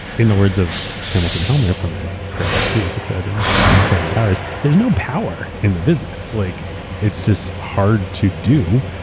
in the words of hamilton helmer from our great lp episode and his book, seven powers, there's no power in the business. like it's just hard to do.